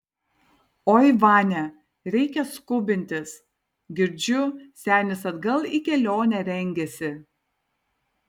oi vania reikia skubintis girdžiu senis atgal į kelionę rengiasi